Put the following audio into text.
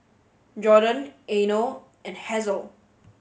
Jordon Eino and Hazle